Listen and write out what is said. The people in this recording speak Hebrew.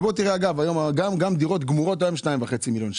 אגב, גם דירות גמורות עולות היום 2.5 מיליון ₪.